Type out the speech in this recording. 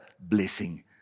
blessing